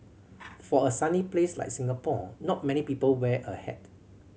for a sunny place like Singapore not many people wear a hat